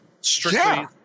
strictly